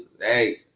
hey